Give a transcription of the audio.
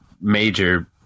major